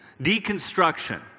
deconstruction